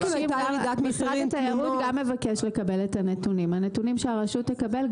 --- משרד התיירות גם מבקש לקבל את הנתונים שהרשות תקבל.